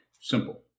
Simple